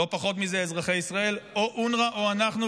לא פחות מזה, אזרחי ישראל, או אונר"א או אנחנו.